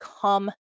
come